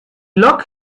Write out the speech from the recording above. lok